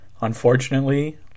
unfortunately